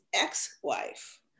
ex-wife